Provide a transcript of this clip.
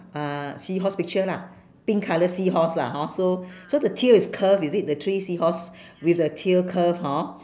uh seahorse picture lah pink colour seahorse lah hor so so the tail is curve is it the three seahorse with the tail curve hor